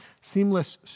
seamless